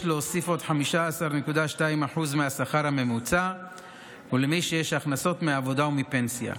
להוסיף עוד 15.2% מהשכר הממוצע למי שיש לו הכנסות מעבודה ומפנסיה.